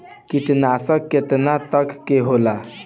कीटनाशक केतना तरह के होला?